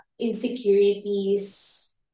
insecurities